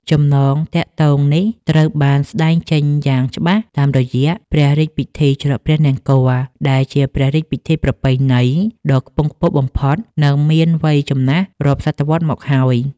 ចំណងទាក់ទងនេះត្រូវបានស្តែងចេញយ៉ាងច្បាស់តាមរយៈ «ព្រះរាជពិធីច្រត់ព្រះនង្គ័ល» ដែលជាព្រះរាជប្រពៃណីដ៏ខ្ពង់ខ្ពស់បំផុត និងមានវ័យចំណាស់រាប់សតវត្សមកហើយ។